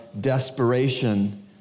desperation